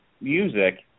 music